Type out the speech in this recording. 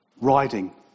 riding